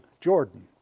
Jordan